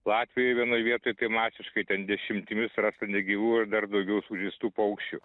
latvijoj vienoj vietoj tai masiškai ten dešimtimis rasta negyvų ir dar daugiau sužeistų paukščių